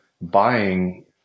buying